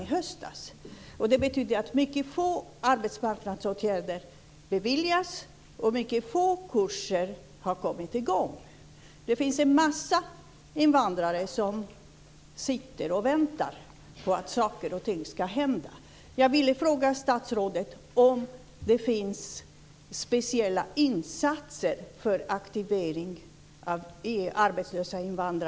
Det betyder att mycket få arbetsmarknadsåtgärder beviljas och få kurser har kommit i gång. Det finns en massa invandrare som sitter och väntar på att saker och ting ska hända.